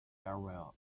area